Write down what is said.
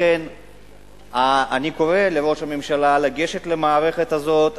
לכן אני קורא לראש הממשלה לגשת למערכת הזאת,